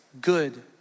good